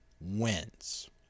wins